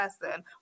person